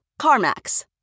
CarMax